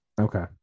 Okay